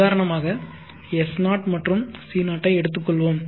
உதாரணமாக S0 மற்றும் C0 ஐ எடுத்துக்கொள்வோம்